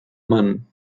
mann